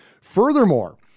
Furthermore